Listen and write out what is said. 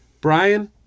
Brian